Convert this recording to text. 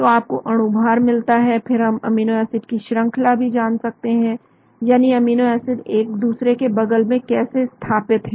तो आपको अणु भार मिलता है बल्कि हम अमीनो एसिड की श्रंखला भी जान सकते हैं यानी अमीनो एसिड एक दूसरे के बगल में कैसे स्थापित हैं